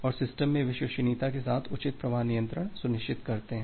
और सिस्टम में विश्वसनीयता के साथ उचित प्रवाह नियंत्रण सुनिश्चित करते हैं